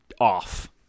off